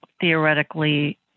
theoretically